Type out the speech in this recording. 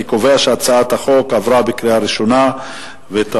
אני קובע שהצעת החוק עברה בקריאה ראשונה ותעבור